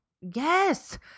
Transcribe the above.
Yes